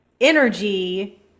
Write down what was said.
energy